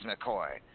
McCoy